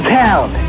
town